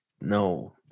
no